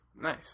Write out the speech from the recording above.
Nice